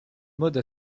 mode